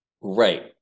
Right